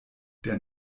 der